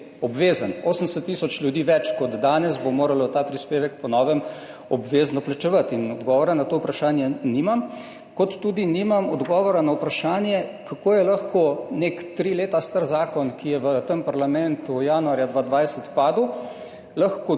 obvezen. 80 tisoč ljudi več kot danes bo moralo ta prispevek po novem obvezno plačevati. Odgovora na to vprašanje nimam. Kot tudi nimam odgovora na vprašanje, kako je lahko nek tri leta star zakon, ki je v tem parlamentu januarja 2020 padel,